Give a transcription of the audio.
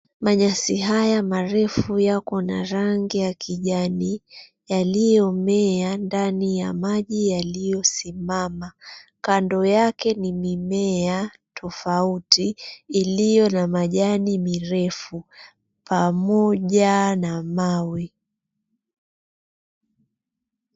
Manyasi haya marefu yako na rangi ya kijani yaliyomea ndani ya maji yaliyo simama. Kando yake ni mimea tofauti iliyo na majani mirefu pamoja na mawe.